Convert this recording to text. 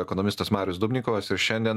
ekonomistas marius dubnikovas ir šiandien